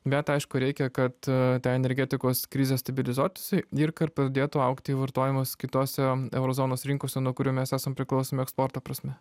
bet aišku reikia kad ta energetikos krizė stabilizuotųsi ir kad pradėtų augti vartojimas kitose euro zonos rinkose nuo kurių mes esam priklausomi eksporto prasme